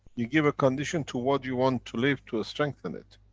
you give a condition to what you want to live to strengthen it